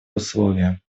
условия